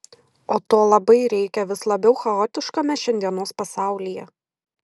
o to labai reikia vis labiau chaotiškame šiandienos pasaulyje